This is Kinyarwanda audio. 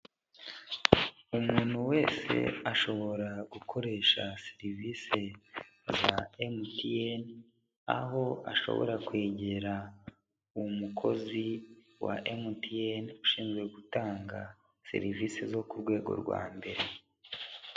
Umuntu wese ashobora gukoresha serivisi za MTN aho ashobora kwegera umukozi wa MTN ushinzwe gutanga serivisi zo ku rwego rwa mbere.